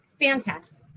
Fantastic